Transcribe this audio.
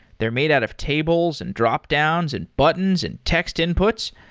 they're made out of tables, and dropdowns, and buttons, and text inputs.